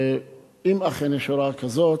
אם אכן יש הוראה כזאת,